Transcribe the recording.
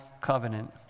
covenant